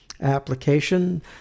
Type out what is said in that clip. application